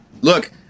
Look